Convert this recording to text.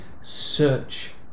Search